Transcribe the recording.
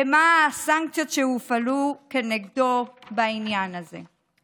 ומה הסנקציות שהופעלו כנגדו בעניין הזה.